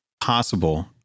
possible